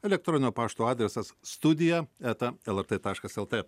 elektroninio pašto adresas studija eta lrt taškas lt